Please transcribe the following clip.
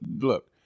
look